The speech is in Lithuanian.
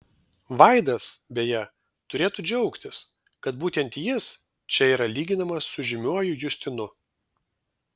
vaidas beje turėtų džiaugtis kad būtent jis čia yra lyginamas su žymiuoju justinu